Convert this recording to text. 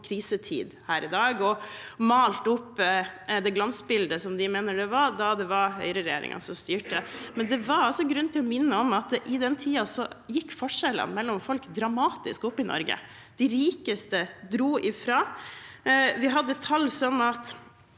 og malt opp det glansbildet som de mener det var da det var høyreregjeringen som styrte. Da er det grunn til å minne om at i den tiden gikk forskjellene mellom folk dramatisk opp i Norge. De rikeste dro ifra. Vi hadde tall som